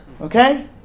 Okay